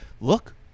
look